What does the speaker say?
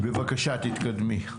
בבקשה, תתקדמי.